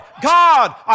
God